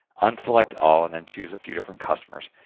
unselect all and then choose a few different customers,